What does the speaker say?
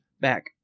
back